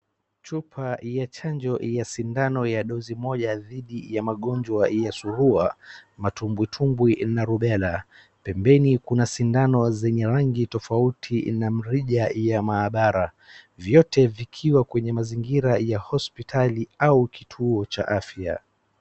Chupa ya chanjo ya sindano ya dosi moja dhidi ya magonjwa ya surua, matumbwitumbwi na rubela. Pembeni kuna sindano zenye rangi tofauti tofauti na mrija ya maabara. Vyote vikiwa kwenye mazingira ya hospitali au kituo cha afya.